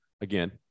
again